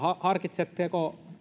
harkitsetteko